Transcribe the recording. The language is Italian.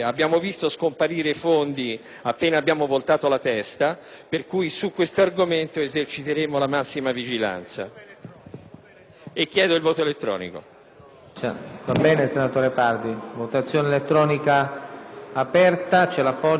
chiesto il voto elettronico